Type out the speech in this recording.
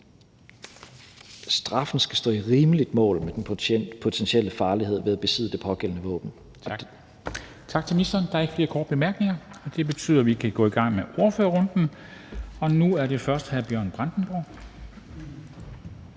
straffen skal stå i rimeligt mål med den potentielle farlighed ved at besidde det pågældende våben. Kl. 14:25 Formanden (Henrik Dam Kristensen): Tak til ministeren. Der er ikke flere korte bemærkninger. Det betyder, at vi kan gå i gang med ordførerrunden. Nu er det først hr. Bjørn Brandenborg,